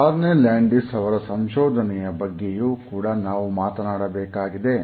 ಕಾರ್ನೆ Landis ಅವರ ಸಂಶೋಧನೆಯ ಬಗ್ಗೆಯೂ ಕೂಡ ನಾವು ಮಾತನಾಡಬೇಕಾಗಿದೆ